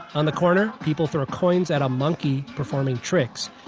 on the corner, people throw coins at a monkey performing tricks.